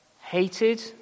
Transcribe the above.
hated